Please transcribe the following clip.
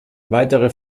weitere